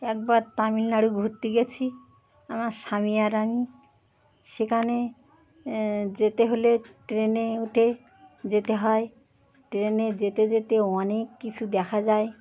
একবার তামিলনাড়ু ঘুরতে গিয়েছি আমার স্বামী আর আমি সেখানে যেতে হলে ট্রেনে উঠে যেতে হয় ট্রেনে যেতে যেতে অনেক কিছু দেখা যায়